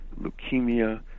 leukemia